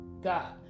God